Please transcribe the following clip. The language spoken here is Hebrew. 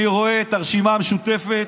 אני רואה את הרשימה המשותפת,